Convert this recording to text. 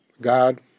God